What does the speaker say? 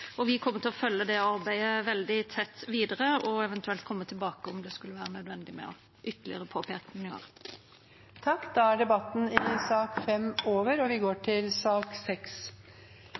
og handlingsplan som vi ser de er godt i gang med. Vi kommer til å følge det arbeidet veldig tett videre og eventuelt komme tilbake om det skulle være nødvendig med ytterligere